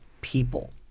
people